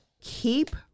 Keep